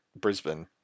Brisbane